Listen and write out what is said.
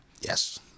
Yes